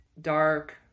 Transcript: dark